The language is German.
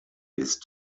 ist